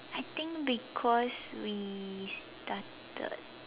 I think because we started